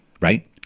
Right